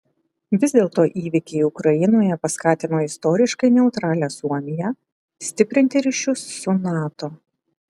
vis dėlto įvykiai ukrainoje paskatino istoriškai neutralią suomiją stiprinti ryšius su nato